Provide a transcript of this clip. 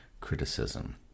criticism